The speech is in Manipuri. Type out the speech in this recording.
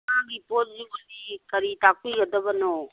ꯉꯥꯒꯤ ꯄꯣꯠ ꯌꯣꯜꯂꯤ ꯀꯔꯤ ꯇꯥꯛꯄꯤꯒꯗꯕꯅꯣ